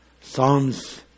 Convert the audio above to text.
Psalms